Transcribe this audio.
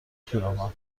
خیابان